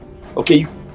okay